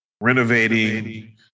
renovating